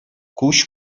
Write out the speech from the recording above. куҫ